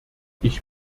ich